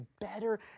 better